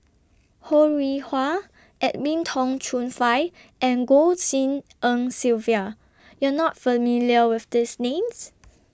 Ho Rih Hwa Edwin Tong Chun Fai and Goh Tshin En Sylvia YOU Are not familiar with These Names